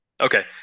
Okay